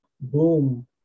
boom